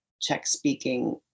Czech-speaking